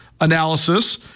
analysis